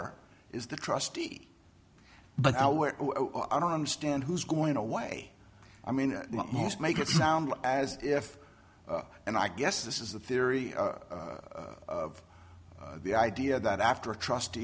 or is the trustee but i don't understand who's going away i mean most make it sound as if and i guess this is the theory of the idea that after a trust